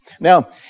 Now